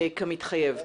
כמתחייב.